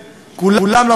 כולם,